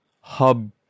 hub